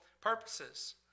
purposes